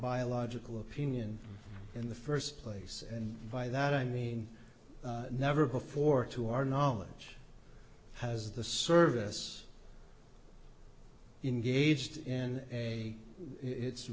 biological opinion in the first place and by that i mean never before to our knowledge has the service in gauged in a it